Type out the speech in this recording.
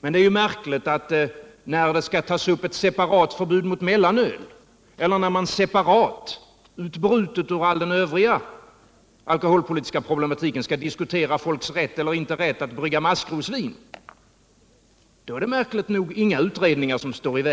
Men det är ju märkligt att när det skall tas upp ett separat förbud mot mellanöl eller separat — utbrutet ur hela den övriga alkoholpolitiska problematiken — diskuteras folks rätt eller inte rätt att brygga maskrosvin, då är det ingen utredning som står i vägen.